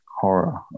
horror